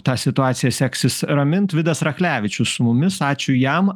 tą situaciją seksis ramint vidas rachlevičius su mumis ačiū jam